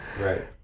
Right